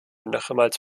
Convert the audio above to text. nochmals